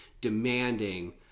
demanding